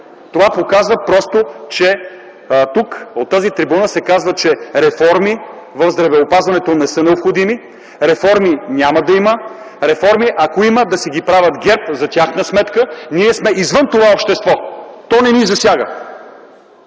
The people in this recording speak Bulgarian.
това показва, че тук, от тази трибуна се казва, че реформи в здравеопазването не са необходими, реформи няма да има, реформи, ако има: да си ги правят ГЕРБ за тяхна сметка, ние сме извън това общество, то не ни засяга!